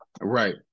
Right